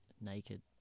naked